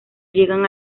llegan